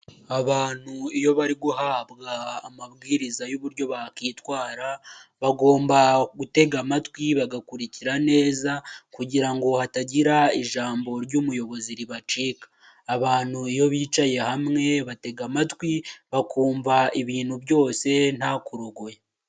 Abantu iyo bari guhabwa amabwiriza y'uburyo bakwitwara bagomba gutega amatwi bagakurikira neza kugira ngo hatagira ijambo ry'umuyobozi ribacika, abantu iyo bicaye hamwe batega amatwi bakumva ibintu byose ntakurogoya.